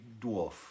dwarf